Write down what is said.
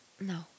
No